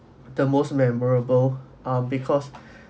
the most memorable um because